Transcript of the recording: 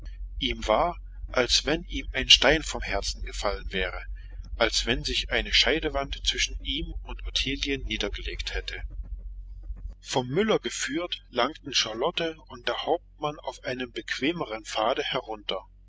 ihm war als wenn ihm ein stein vom herzen gefallen wäre als wenn sich eine scheidewand zwischen ihm und ottilien niedergelegt hätte vom müller geführt langten charlotte und der hauptmann auf einem bequemeren pfade herunter